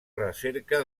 recerca